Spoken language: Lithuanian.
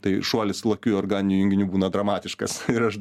tai šuolis lakiųjų organinių junginių būna dramatiškas ir aš